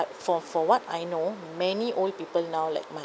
for for what I know many old people now like my